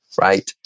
right